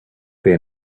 they